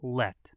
let